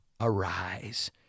arise